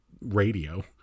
radio